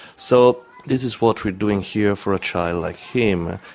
so this is what we're doing here for a child like him,